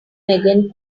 megan